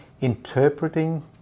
interpreting